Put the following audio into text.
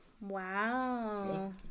Wow